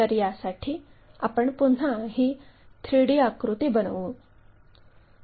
तर यासाठी आपण पुन्हा ही 3 D आकृती बनवू